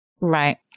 Right